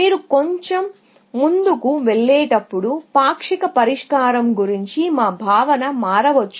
మీరు కొంచెం ముందుకు వెళ్ళేటప్పుడు పాక్షిక పరిష్కారం గురించి మన భావన మారవచ్చు